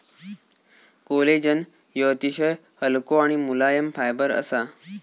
collagen ह्यो अतिशय हलको आणि मुलायम फायबर असा